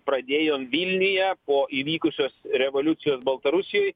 pradėjom vilniuje po įvykusios revoliucijos baltarusijoj